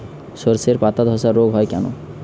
শর্ষের পাতাধসা রোগ হয় কেন?